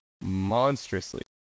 monstrously